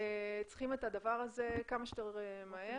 צריכים את הדבר הזה כמה שיותר מהר,